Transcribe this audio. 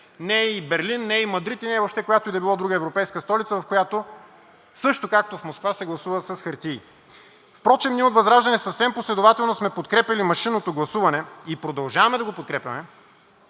не е и Берлин, не е и Мадрид, и не е още която и да било друга европейска столица, в която също както в Москва се гласува с хартии. Впрочем ние от ВЪЗРАЖДАНЕ съвсем последователно сме подкрепяли машинното гласуване и продължаваме да го подкрепяме,